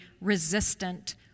resistant